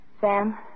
Sam